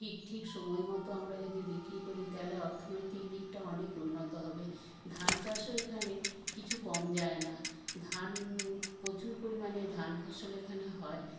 ঠিক ঠিক সময় মতো আমরা যদি বিক্রি করি তাহলে অর্থনৈতিক দিকটা অনেক উন্নত হবে ধান চাষও এখানে কিছু কম যায় না ধান প্রচুর পরিমানে ধান ফসল এখানে হয়